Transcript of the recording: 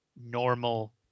normal